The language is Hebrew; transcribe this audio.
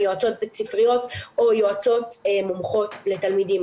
יועצות בית ספריות או יועצות מומחיות לתלמידים